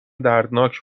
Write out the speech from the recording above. دردناک